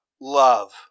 love